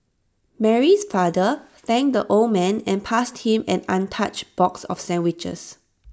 Mary's father thanked the old man and passed him an untouched box of sandwiches